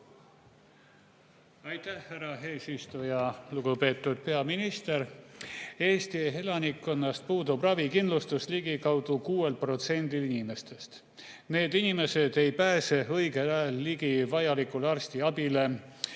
Aitäh, härra eesistuja! Lugupeetud peaminister! Eesti elanikkonnast puudub ravikindlustus ligikaudu 6%‑l inimestest. Need inimesed ei pääse õigel ajal ligi vajalikule arstiabile.